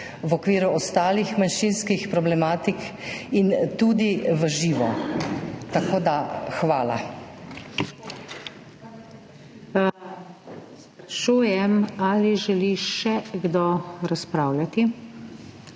v okviru ostalih manjšinskih problematik in tudi v živo, tako da hvala.